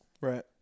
Right